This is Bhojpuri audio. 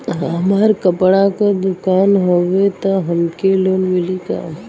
हमार कपड़ा क दुकान हउवे त हमके लोन मिली का?